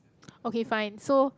okay fine so